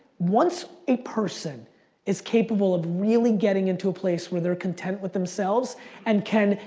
once a person is capable of really getting into a place where they're content with themselves and can,